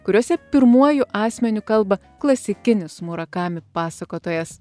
kuriuose pirmuoju asmeniu kalba klasikinis murakami pasakotojas